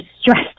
stressed